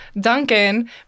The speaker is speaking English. Duncan